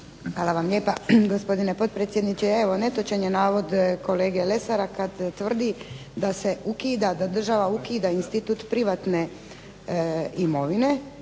Hvala vam lijepa, gospodine potpredsjedniče. Netočan je navod kolege Lesara kad utvrdi da država ukida institut privatne imovine